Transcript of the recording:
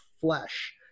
flesh